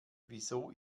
wieso